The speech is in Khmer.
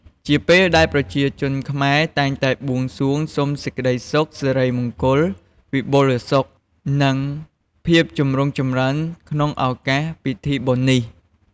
ជាពេលដែលប្រជាជនខ្មែរតែងតែបួងសួងសុំសេចក្ដីសុខ សិរីមង្គល វិបុលសុខ និងភាពចម្រុងចម្រើនក្នុងឱកាសពិធីបុណ្យនេះ។